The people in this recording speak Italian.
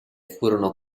furono